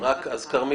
כרמית.